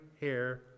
hair